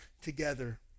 together